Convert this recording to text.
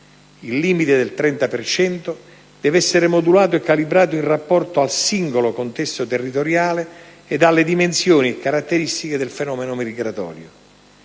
Il limite del 30 per cento deve essere modulato e calibrato in rapporto al singolo contesto territoriale ed alle dimensioni e caratteristiche del fenomeno migratorio.